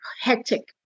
hectic